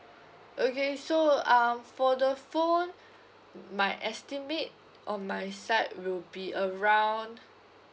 okay so um for the phone my estimate on my side will be around